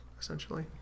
essentially